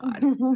God